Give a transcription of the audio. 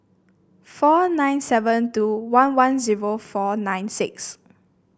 four nine seven two one one zero four nine six